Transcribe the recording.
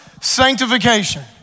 sanctification